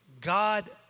God